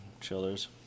chillers